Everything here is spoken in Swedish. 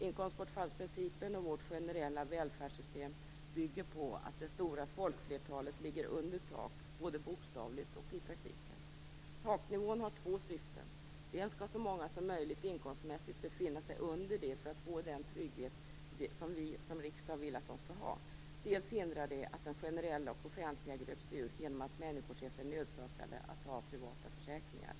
Inkomstbortfallsprincipen och vårt generella välfärdssystem bygger på att det stora folkflertalet ligger under tak, både bokstavligt och i praktiken. Taknivån har två syften. Dels skall så många som möjligt inkomstmässigt befinna sig under det för att få den trygghet som vi som riksdag vill att de skall ha, dels hindrar det att det generella och offentliga gröps ur genom att människor ser sig nödsakade att ta privata försäkringar.